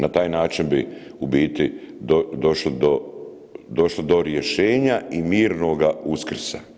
Na taj način bi u biti došli do rješenja i mirnoga Uskrsa.